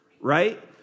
right